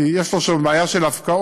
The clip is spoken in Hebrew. כי יש לו שם בעיה של הפקעות.